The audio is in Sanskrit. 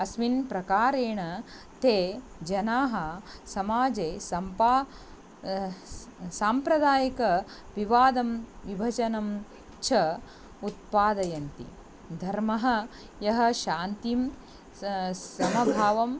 अस्मिन् प्रकारेण ते जनाः समाजे सम्पा साम्प्रदायिकं विवादं विभजनं च उत्पादयन्ति धर्मः यः शान्तिं स समभावम्